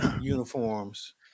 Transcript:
uniforms